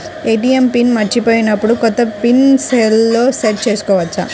ATM pin మరచిపోయినప్పుడు, కొత్త pin సెల్లో సెట్ చేసుకోవచ్చా?